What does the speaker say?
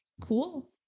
cool